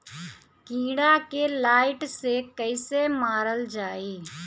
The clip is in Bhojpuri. कीड़ा के लाइट से कैसे मारल जाई?